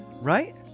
Right